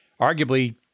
arguably